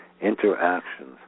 Interactions